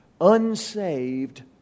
unsaved